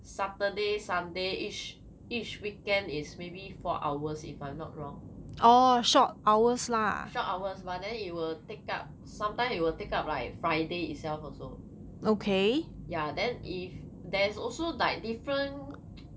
saturday sunday each each weekend is maybe four hours if I'm not wrong short hours but then it will take up sometime it will take up like friday itself also ya then if there is also like different